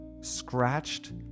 scratched